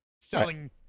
selling